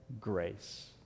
grace